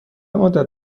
مدت